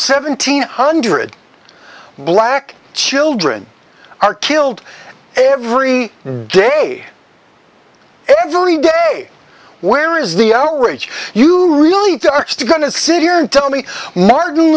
seventeen hundred black children are killed every day every day where is the outrage you really do actually going to sit here and tell me martin